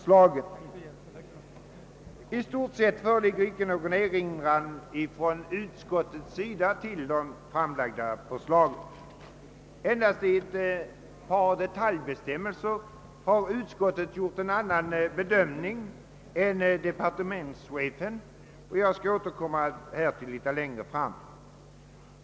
Utskottet har i stort sett inte gjort några erinringar mot förslagen, Endast beträffande ett par detaljbestämmelser har utskottet gjort en annan bedömning än departementschefen; jag återkommer till den saken litet längre fram.